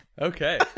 okay